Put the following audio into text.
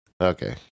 Okay